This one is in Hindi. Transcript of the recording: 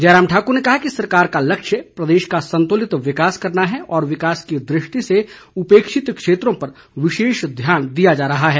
जयराम ठाक्र ने कहा कि सरकार का लक्ष्य प्रदेश का संतुलित विकास करना है और विकास की दृष्टि से उपेक्षित क्षेत्रों पर विशेष ध्यान दिया जा रहा है